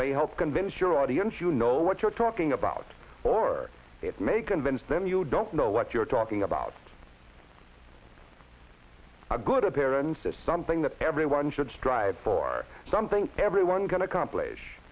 may help convince your audience you know what you're talking about or it may convince them you don't know what you're talking about a good appearance is something that everyone should strive for something everyone can accomplish